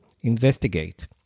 investigate